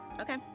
Okay